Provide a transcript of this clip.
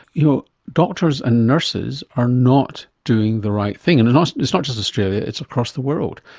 you know, doctors and nurses are not doing the right thing. and and so it's not just australia, it's across the world.